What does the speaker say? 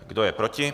Kdo je proti?